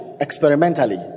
experimentally